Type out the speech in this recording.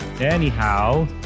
Anyhow